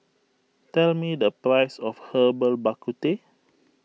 tell me the price of Herbal Bak Ku Teh